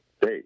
hey